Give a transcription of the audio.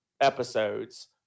episodes